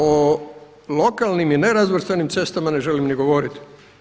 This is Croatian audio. O lokalnim i nerazvrstanim cestama ne želim ni govoriti.